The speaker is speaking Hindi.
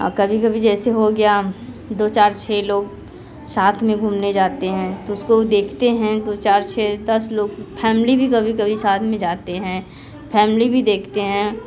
और कभी कभी जैसे हो गया दो चार छ लोग साथ में घूमने जाते हैं तो उसको देखते हैं दो चार छ दस लोग फैमिली भी कभी कभी साथ में जाते हैं फैमिली भी देखते हैं